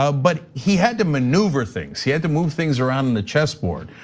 ah but he had to maneuver things, he had to move things around the chessboard.